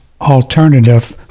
alternative